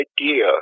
idea